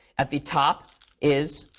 at the top is,